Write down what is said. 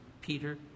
Peter